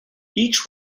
each